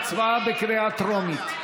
ההצבעה בקריאה טרומית.